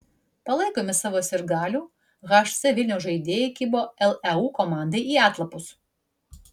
palaikomi savo sirgalių hc vilniaus žaidėjai kibo leu komandai į atlapus